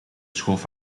schoof